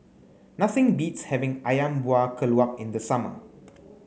nothing beats having Ayam Buah Keluak in the summer